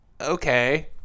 okay